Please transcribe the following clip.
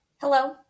Hello